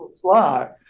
fly